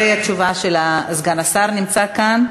אחרי התשובה של סגן השר, שנמצא כאן.